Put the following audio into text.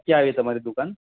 ક્યાં આવી તમારી દુકાન